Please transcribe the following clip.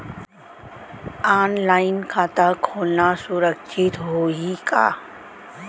Online खाता खोलना सुरक्षित होही का?